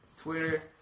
Twitter